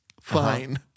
fine